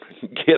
get